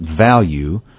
value